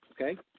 okay